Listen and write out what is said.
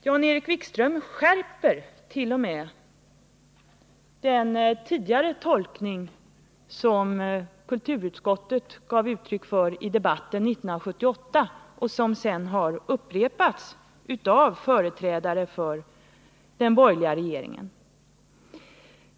Han skärper t.o.m. den tidigare tolkning som kulturutskottet gav uttryck för i debatten 1978 och som sedan har upprepats av företrädare för den borgerliga regeringen.